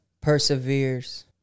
perseveres